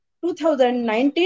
2019